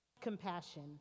compassion